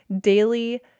daily